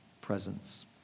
presence